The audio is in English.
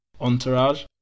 Entourage